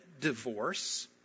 divorce